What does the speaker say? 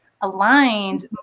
aligned